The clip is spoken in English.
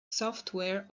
software